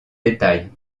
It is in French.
détails